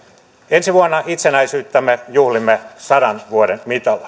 ensi vuonna itsenäisyyttämme juhlimme sadan vuoden mitalla